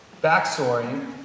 back-soaring